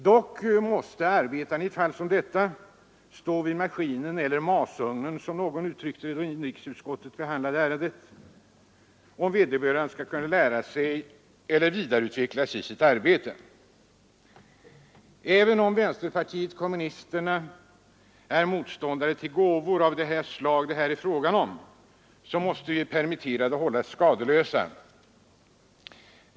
Dock måste arbetarna i fall som detta stå vid maskinen — eller masugnen, som någon sade då inrikesutskottet behandlade ärendet — om vederbörande skall kunna lära sig arbetet eller vidareutvecklas i yrket. Även om vi inom vänsterpartiet kommunisterna är motståndare till gåvor av de slag det här är fråga om anser vi att de permitterade måste hållas skadeslösa.